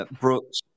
Brooks